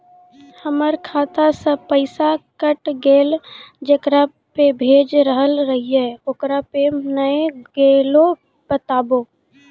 हमर खाता से पैसा कैट गेल जेकरा पे भेज रहल रहियै ओकरा पे नैय गेलै बताबू?